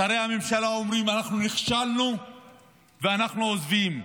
שרי הממשלה היו אומרים: אנחנו נכשלנו ואנחנו עוזבים,